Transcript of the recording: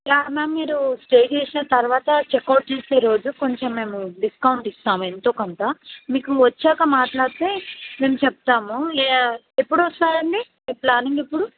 yeah ma'am మీరు stay చేసిన తర్వాత చెక్ అవుట్ చేసే రోజు కొంచెం మేము డిస్కౌంట్ ఇస్తాము ఎంతో కొంత మీకు వచ్చాక మాట్లాడితే మేము చెప్తాము యా ఎప్పుడు వస్తారండి ప్లానింగ్ ఎప్పుడు